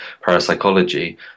parapsychology